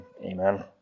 Amen